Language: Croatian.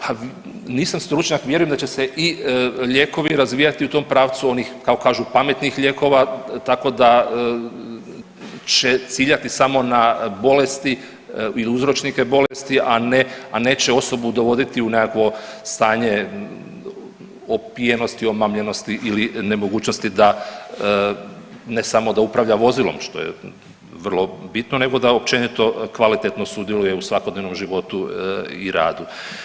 Ha nisam stručnjak, vjerujem da će se i lijekovi razvijati u tom pravcu onih kako kažu pametnih lijekova tako da će ciljati samo na bolesti i uzročnike bolesti, a neće osobu dovoditi u nekakvo stanje opijenosti, omamljenosti ili nemogućnosti ne samo da upravlja vozilom što je vrlo bitno nego da općenito kvalitetno sudjeluje u svakodnevnom životu i radu.